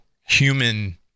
human